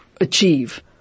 achieve